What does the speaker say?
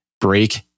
break